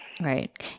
Right